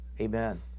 Amen